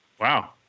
Wow